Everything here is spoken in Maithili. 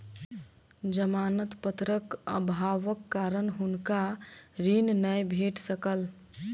जमानत पत्रक अभावक कारण हुनका ऋण नै भेट सकल